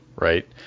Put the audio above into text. right